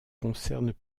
concernent